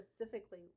specifically